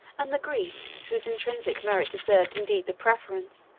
and the greek, whose intrinsic merit deserved indeed the preference,